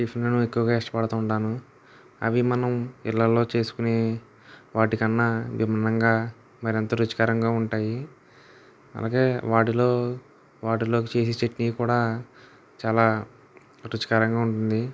టిఫిన్లను ఎక్కువగా ఇష్టపడుతూ ఉంటాను అవి మనం ఇళ్ళలో చేసుకునే వాటికన్నా భిన్నంగా మరింత రుచికరంగా ఉంటాయి అలాగే వాటిలో వాటిలోకి చేసే చట్నీ కూడా చాలా రుచికరంగా ఉంటుంది